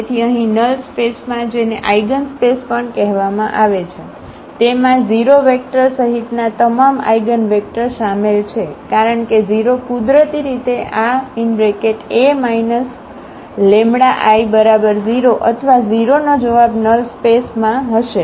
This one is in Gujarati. તેથી અહીં નલ સ્પેસમાં જેને આઇગન સ્પેસ પણ કહેવામાં આવે છે તેમાં 0 વેક્ટર સહિતના તમામ આઇગનવેક્ટર શામેલ છે કારણ કે 0 કુદરતી રીતે આ A λIx0 અથવા 0 નો જવાબ નલ સ્પેસમાં હશે